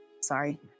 sorry